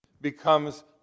becomes